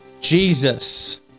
Jesus